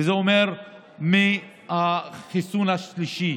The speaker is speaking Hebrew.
וזה אומר מהחיסון השלישי,